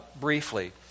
briefly